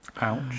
ouch